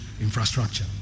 infrastructure